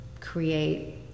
create